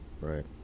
Right